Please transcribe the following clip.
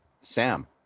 Sam